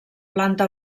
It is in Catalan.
planta